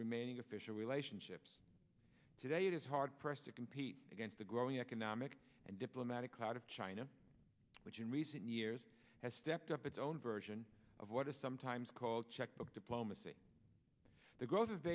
remaining official relationships today it is hard pressed to compete against the growing economic and diplomatic clout of china which in recent years has stepped up its own version of what is sometimes called checkbook diplomacy the growth